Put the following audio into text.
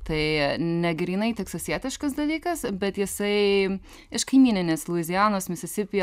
tai ne grynai teksasietiškas dalykas bet jisai iš kaimyninės luizianos misisipėje